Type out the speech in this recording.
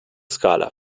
skala